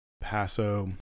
Paso